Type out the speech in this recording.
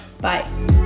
bye